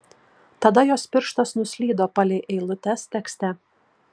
tada jos pirštas nuslydo palei eilutes tekste